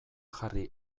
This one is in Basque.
jarri